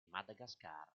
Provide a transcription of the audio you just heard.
madagascar